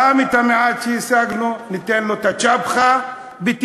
גם את המעט שהשגנו, ניתן לו את הצ'פחה, בתקווה,